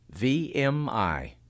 VMI